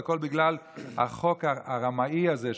הכול בגלל החוק הרמאי הזה,